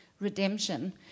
redemption